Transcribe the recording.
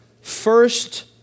first